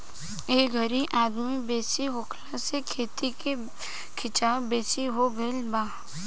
ए घरी आबादी बेसी होखला से खेती के खीचाव बेसी हो गई बा